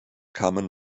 kamen